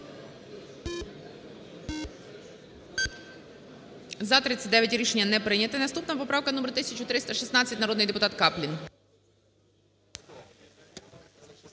За-39 Рішення не прийняте. Наступна поправка - номер 1316, народний депутат Каплін.